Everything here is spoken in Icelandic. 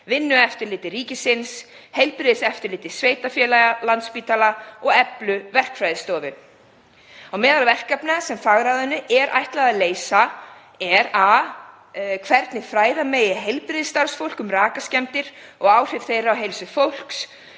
Vinnueftirliti ríkisins, Heilbrigðiseftirliti sveitarfélaga, Landspítala og Eflu verkfræðistofu. Á meðal verkefna sem fagráðinu er ætlað að leysa er hvernig fræða megi heilbrigðisstarfsfólk um rakaskemmdir og áhrif þeirra á heilsu fólks;